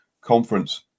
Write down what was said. Conference